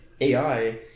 ai